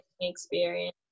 experience